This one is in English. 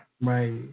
Right